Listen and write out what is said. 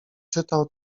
czytał